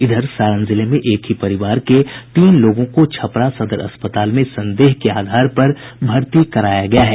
इधर सारण जिले में एक ही परिवार के तीन लोगों को छपरा सदर अस्पताल में संदेह के आधार पर भर्ती कराया गया है